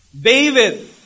David